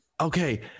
Okay